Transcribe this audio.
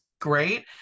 great